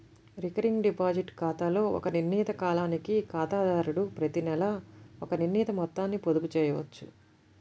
recurring deposit ఖాతాలో ఒక నిర్ణీత కాలానికి ఖాతాదారుడు ప్రతినెలా ఒక నిర్ణీత మొత్తాన్ని పొదుపు చేయవచ్చు